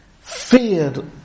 feared